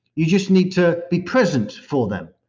you just need to be present for them.